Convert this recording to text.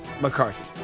McCarthy